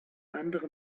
andere